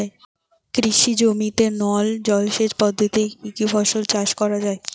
কৃষি জমিতে নল জলসেচ পদ্ধতিতে কী কী ফসল চাষ করা য়ায়?